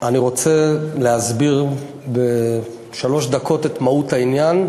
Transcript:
ואני רוצה להסביר בשלוש דקות את מהות העניין,